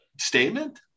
statement